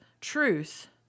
truth